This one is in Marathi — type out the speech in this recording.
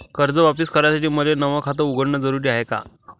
कर्ज वापिस करासाठी मले नव खात उघडन जरुरी हाय का?